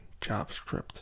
JavaScript